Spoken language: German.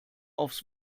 aufs